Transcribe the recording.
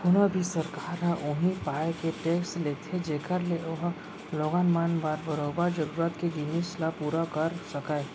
कोनो भी सरकार ह उही पाय के टेक्स लेथे जेखर ले ओहा लोगन मन बर बरोबर जरुरत के जिनिस ल पुरा कर सकय